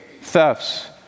thefts